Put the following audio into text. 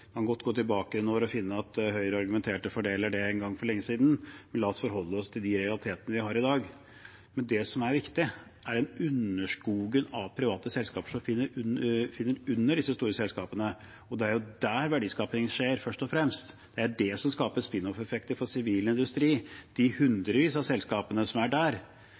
godt gå tilbake noen år og finne at Høyre argumenterte for det eller det en gang for lenge siden, men la oss forholde oss til de realitetene vi har i dag. Men det som er viktig, er den underskogen av private selskaper som finnes under disse store selskapene, og det er jo der verdiskapingen skjer, først og fremst. Det er det som skaper spin-off-effekter for sivil industri, de hundrevis av selskapene som er der.